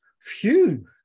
Phew